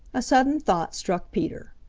a sudden thought struck peter.